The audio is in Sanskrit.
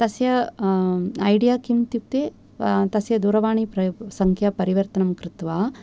तस्य ऐडिया किम् इत्युक्ते तस्य दूरवाणी प्रय् सङ्ख्या परिवर्तनं कृत्वा